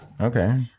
Okay